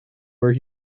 where